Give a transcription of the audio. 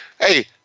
Hey